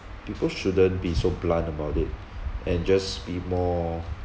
people shouldn't be so blunt about it and just be more